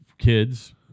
Kids